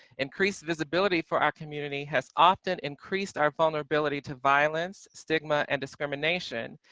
increased visibility for our community has often increased our vulnerability to violence, stigma and discrimination.